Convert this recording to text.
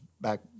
back